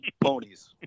Ponies